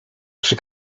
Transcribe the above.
przy